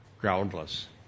groundless